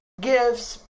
gifts